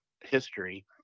history